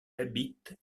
habite